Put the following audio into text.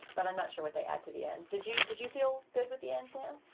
but i'm not sure what they add to the end. did you. did you feel good with the and nsa?